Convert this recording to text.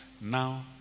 now